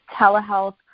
telehealth